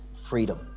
freedom